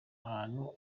ahantu